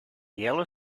yellow